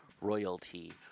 royalty